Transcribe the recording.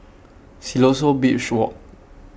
Siloso Beach Walk